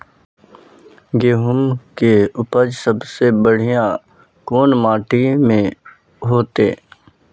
गेहूम के उपज सबसे बढ़िया कौन माटी में होते?